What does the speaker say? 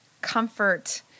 Comfort